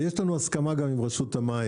יש לנו הסכמה גם עם רשות המים,